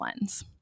lens